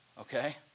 okay